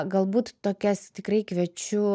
galbūt tokias tikrai kviečiu